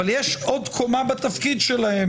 אבל יש עוד קומה בתפקיד שלהם.